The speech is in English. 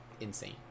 insane